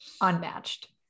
unmatched